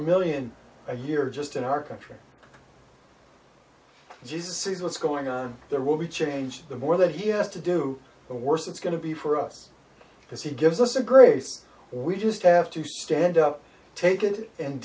million a year just in our country just to see what's going on there will be change the more that he has to do the worse it's going to be for us because he gives us a grace or we just have to stand up take it and